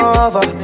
over